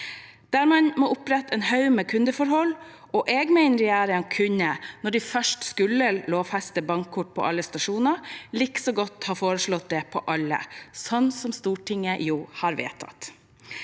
der man må opprette en haug med kundeforhold. Jeg mener regjeringen kunne, når de først skulle lovfeste bankkort som betalingsmiddel på alle stasjoner, likså godt ha foreslått det på alle, sånn som Stortinget jo har vedtatt.